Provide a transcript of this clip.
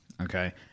Okay